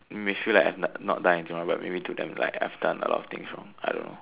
may feel like I have not done anything wrong but to them I may have done a lot of things wrong